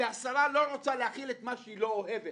והשרה לא רוצה להכיל את מה שהיא לא אוהבת,